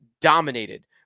dominated